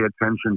attention